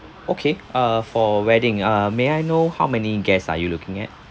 okay uh for wedding uh may I know how many guests are you looking at